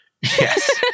Yes